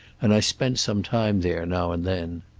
and i spent some time there now and then.